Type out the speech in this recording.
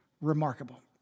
remarkable